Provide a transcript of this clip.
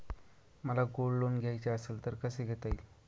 मला gold loan घ्यायचे असेल तर कसे घेता येईल?